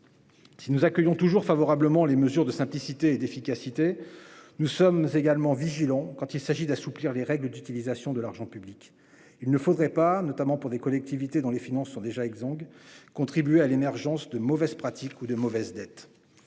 Si nous accueillons toujours favorablement les mesures de simplicité et d'efficacité, nous sommes également vigilants quand il s'agit d'assouplir les règles d'utilisation de l'argent public. Il ne faudrait pas, notamment pour des collectivités dont les finances sont déjà exsangues, contribuer à l'émergence de mauvaises pratiques ou de mauvaises dettes.